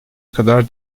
kadar